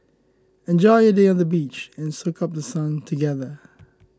enjoy a day on the beach and soak up The Sun together